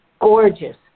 Gorgeous